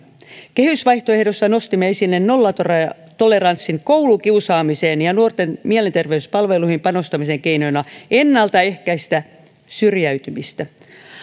kehysvaihtoehdossa nostimme esille nollatoleranssin koulukiusaamiseen ja nuorten mielenterveyspalveluihin panostamisen keinoina ennaltaehkäistä syrjäytymistä